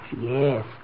Yes